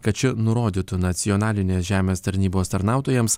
kad ši nurodytų nacionalinės žemės tarnybos tarnautojams